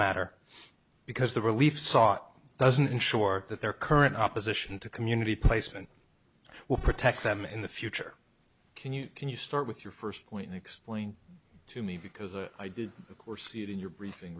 matter because the relief sought doesn't ensure that their current opposition to community placement will protect them in the future can you can you start with your first point explain to me because i did of course it in your briefing